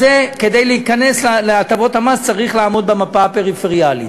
כדי להיכנס להטבות המס, צריך לעמוד במפת הפריפריה.